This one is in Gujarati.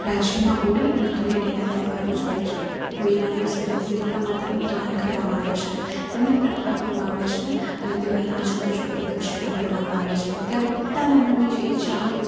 રાજ્યમાં હોળી અને ધૂળેટીના તહેવાર ઉજવાય છે હોળીના દિવસે હોલિકા માતાનું દહન કરવામાં આવે છે તેમને પ્રગટાવવામાં આવે છે અને તેમની આજુ બાજુ પ્રદક્ષિણા ફરવામાં આવે છે ત્યારે પોતાનાં મનની જે ઈચ્છા હોય